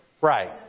Right